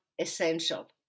essential